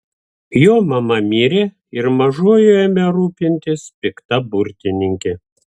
jo mama mirė ir mažuoju ėmė rūpintis pikta burtininkė